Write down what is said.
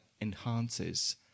enhances